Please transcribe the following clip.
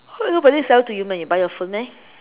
but this is sell to you when you buy your phone meh